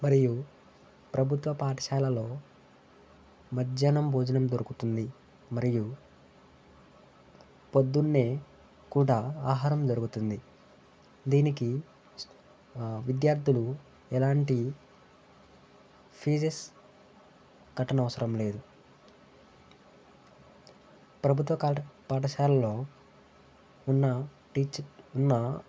మరియు ప్రభుత్వ పాఠశాలలో మధ్యాహ్నం భోజనం దొరుకుతుంది మరియు పొద్దున్నే కూడా ఆహారం దొరుకుతుంది దీనికి విద్యార్థులు ఎలాంటి ఫీజెస్ కట్టనవసరం లేదు ప్రభుత్వ పాఠశాలలో ఉన్న టీచర్ ఉన్న